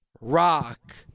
Rock